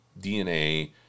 DNA